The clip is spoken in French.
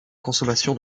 consommation